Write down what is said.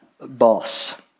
boss